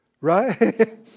Right